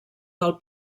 del